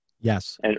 Yes